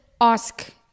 ask